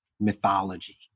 mythology